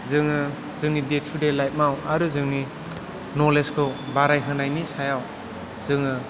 जोङो जोंनि दे थु दे लाइभआव आरो जोंनि नलेजखौ बाराय होनायनि सायाव जोङो